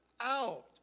out